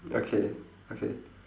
okay okay